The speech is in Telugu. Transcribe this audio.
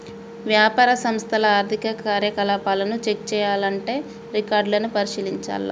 వ్యాపార సంస్థల ఆర్థిక కార్యకలాపాలను చెక్ చేయాల్లంటే రికార్డులను పరిశీలించాల్ల